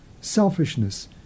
selfishness